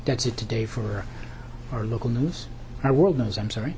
that's it today for our local news i world knows i'm sorry